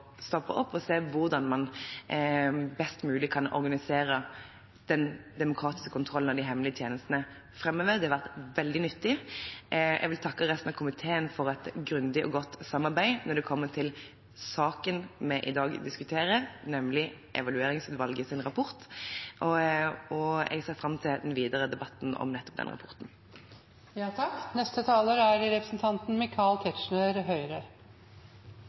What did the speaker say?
stoppe opp og se hvordan man best mulig kan organisere den demokratiske kontrollen av de hemmelige tjenestene framover. Det har vært veldig nyttig. Jeg vil takke resten av komiteen for et grundig og godt samarbeid når det kommer til saken vi i dag diskuterer, nemlig Evalueringsutvalgets rapport. Jeg ser fram til den videre debatten om rapporten. Saken vi behandler nå, er